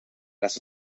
las